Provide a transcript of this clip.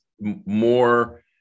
more